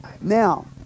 Now